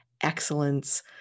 excellence